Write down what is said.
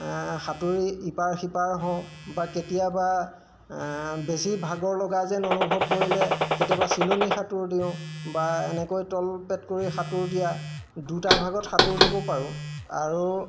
সাঁতুৰি ইপাৰ সিপাৰ হওঁ বা কেতিয়াবা বেছি ভাগৰ লগা যেন অনুভৱ কৰিলে কেতিয়াবা চিলনী সাঁতোৰ দিওঁ বা এনেকৈ তল পেট কৰি সাঁতোৰ দিয়া দুটা ভাগত সাঁতোৰ দিব পাৰোঁ আৰু